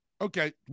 Okay